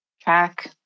track